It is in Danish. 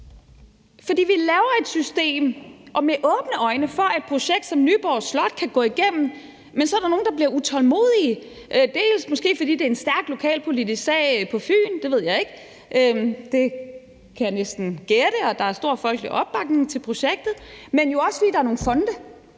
For vi laver et system med åbne øjne for, at et projekt som Nyborg Slot kan gå igennem, men så er der nogle, der bliver utålmodige. Det skyldes måske dels, fordi det er en stærk lokalpolitisk sag på Fyn, det ved jeg ikke, men det kan jeg næsten gætte mig til, og der er stor folkelig opbakning til projektet, men jo også, fordi der er nogle fonde,